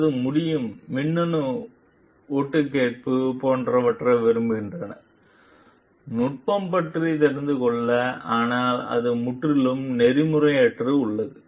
அல்லது முடியும் மின்னணு ஒட்டுக்கேட்பு போன்றவற்றை விரும்புகிறேன் நுட்பம் பற்றி தெரிந்து கொள்ள ஆனால் அது முற்றிலும் நெறிமுறையற்ற உள்ளது